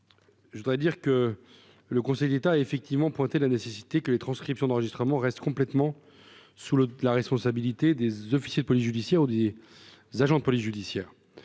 je voudrais dire que le Conseil d'État effectivement pointé la nécessité que les transcriptions d'enregistrements reste complètement sous le la responsabilité des officiers de police judiciaire, Didier, agent de police judiciaire